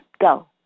Go